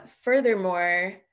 Furthermore